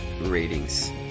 ratings